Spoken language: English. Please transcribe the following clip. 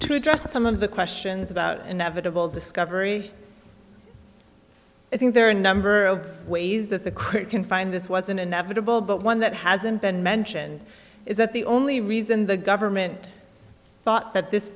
to address some of the questions about inevitable discovery i think there are a number of ways that the crew can find this was an inevitable but one that hasn't been mentioned is that the only reason the government thought that this